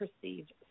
perceived